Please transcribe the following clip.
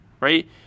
right